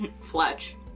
Fletch